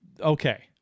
Okay